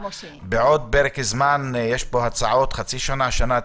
בעוד פרק זמן יש פה הצעות לחצי שנה או שנה,